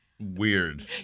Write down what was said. Weird